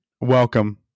welcome